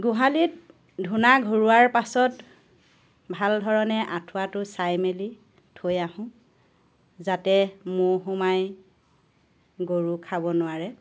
গোহালিত ধূনা ঘূৰোৱাৰ পাছত ভাল ধৰণে আঁঠুৱাটো চাই মেলি থৈ আহোঁ যাতে মহ সোমাই গৰুক খাব নোৱাৰে